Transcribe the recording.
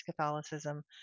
Catholicism